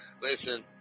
Listen